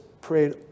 prayed